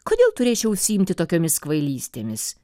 kodėl turėčiau užsiimti tokiomis kvailystėmis